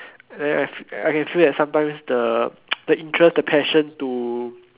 then I I can feel that sometimes the the interest the passion to